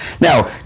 Now